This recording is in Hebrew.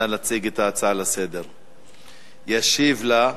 ישיב לו,